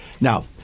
now